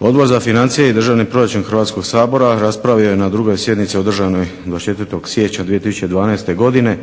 Odbor za financije i državni proračun Hrvatskog sabora raspravio je na 2. sjednici održanoj 24. siječnja 2012. godine